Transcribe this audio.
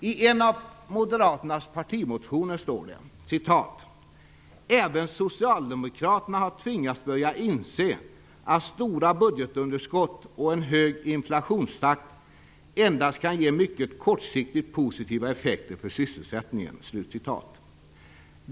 I en av Moderaternas partimotioner står det: "Även socialdemokraterna har tvingats börja inse att stora budgetunderskott och en hög inflationstakt endast kan ge mycket kortsiktigt positiva effekter för sysselsättningen."